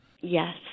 yes